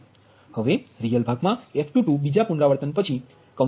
હવે રીઅલ ભાગમાં f22 બીજા પુનરાવર્તન પછી e22f22 છે